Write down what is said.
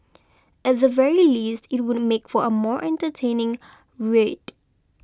at the very least it would make for a more entertaining read